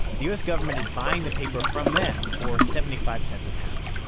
the u s. government is buying the paper from them for seventy five cents a pound.